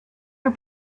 her